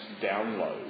download